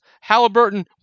Halliburton